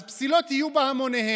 אז פסילות יהיו בהמוניהן,